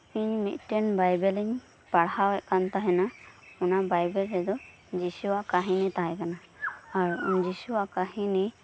ᱤᱧ ᱢᱤᱫᱴᱮᱱ ᱵᱟᱭᱵᱮᱞᱤᱧ ᱯᱟᱲᱦᱟᱣᱮᱫ ᱠᱟᱱ ᱛᱟᱦᱮᱱᱟ ᱚᱱᱟ ᱵᱟᱭ ᱵᱮᱞ ᱨᱮᱫᱚ ᱡᱤᱥᱩᱣᱟᱜ ᱠᱟᱦᱤᱱᱤ ᱛᱟᱦᱮᱸ ᱠᱟᱱᱟ ᱟᱨ ᱡᱤᱥᱩᱣᱟᱜ ᱠᱟᱦᱤᱱᱤ